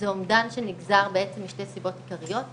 זה אומדן שנגזר משתי סיבות עיקריות.